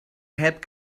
heb